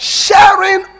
sharing